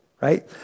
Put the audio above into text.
right